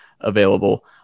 available